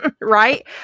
Right